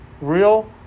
real